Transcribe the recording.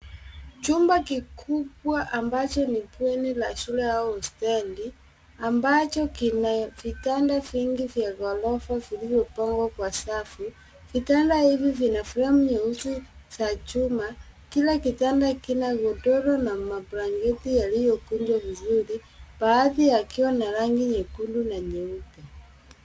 Chumba kikubwa ambacho ni bweni la shule au hosteli, ambacho kina vitanda vingi vya ghorofa, vilizopangwa kwa safu. Vitanda hivi vina fremu nyeusi za chuma. Kila kitanda kina godoro na mablanketi yaliyokunjwa vizuri. Baadhi yakiwa na rangi nyekundu na nyeupe.